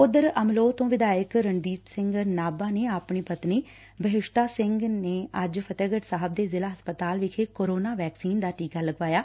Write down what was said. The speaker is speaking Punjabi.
ਉਧਰ ਅਮਲੋਹ ਤੋਂ ਵਿਧਾਇਕ ਰਣਦੀਪ ਸਿੰਘ ਨਾਭਾ ਨੇ ਆਪਣੀ ਪਤਨੀ ਬਹਿਸ਼ਤਾ ਸਿੰਘ ਨਾਲ ਅੱਜ ਫਤਹਿਗਤ ਸਾਹਿਬ ਦੇ ਜ਼ਿਲਾ ਹਸਪਤਾਲ ਵਿਖੇ ਕੋਰੋਨਾ ਵੈਕਸੀਨ ਦਾ ਟੀਕਾ ਲਗਵਾਇਆ